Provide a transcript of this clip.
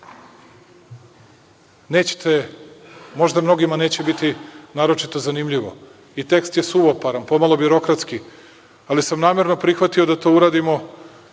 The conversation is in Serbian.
satima možda mnogima neće biti naročito zanimljivo i tekst je suvoparan, pomalo birokratski, ali sam namerno prihvatio da to uradimo